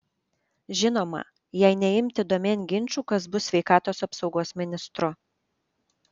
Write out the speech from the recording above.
žinoma jei neimti domėn ginčų kas bus sveikatos apsaugos ministru